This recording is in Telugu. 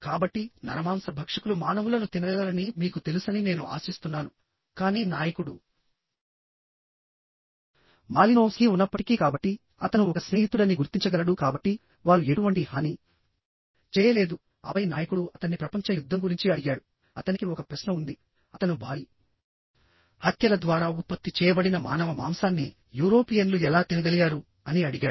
కాబట్టినరమాంస భక్షకులు మానవులను తినగలరని మీకు తెలుసని నేను ఆశిస్తున్నానుకాని నాయకుడు మాలినోవ్స్కీ ఉన్నప్పటికీ కాబట్టి అతను ఒక స్నేహితుడని గుర్తించగలడు కాబట్టి వారు ఎటువంటి హాని చేయలేదుఆపై నాయకుడు అతన్ని ప్రపంచ యుద్ధం గురించి అడిగాడు అతనికి ఒక ప్రశ్న ఉంది అతను భారీ హత్యల ద్వారా ఉత్పత్తి చేయబడిన మానవ మాంసాన్ని యూరోపియన్లు ఎలా తినగలిగారు అని అడిగాడు